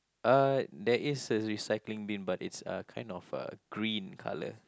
uh there is a recycling bin but it's uh kind of uh green colour